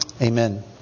Amen